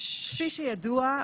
כפי שידוע,